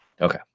okay